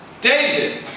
David